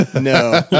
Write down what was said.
no